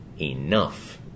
enough